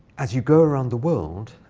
as you go around the world,